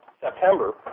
September